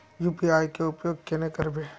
UPI के उपयोग केना करबे?